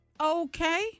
Okay